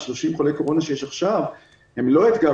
30 חולי קורונה שיש עכשיו הם לא אתגר